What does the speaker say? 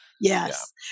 Yes